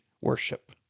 worship